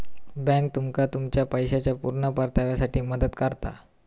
bank तुमका तुमच्या पैशाच्या पुर्ण परताव्यासाठी मदत करता